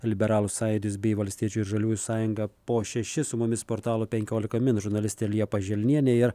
liberalų sąjūdis bei valstiečių ir žaliųjų sąjunga po šešis su mumis portalo penkiolika min žurnalistė liepa želnienė ir